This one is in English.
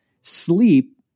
Sleep